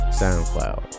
soundcloud